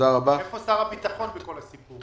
איפה שר הביטחון בכל הסיפור הזה?